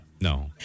No